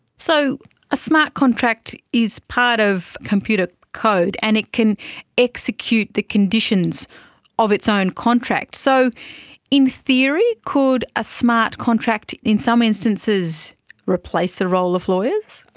so a smart contract is part of computer code, and it can execute the conditions of its own contracts. so in theory could a smart contract in some instances replace the role of lawyers?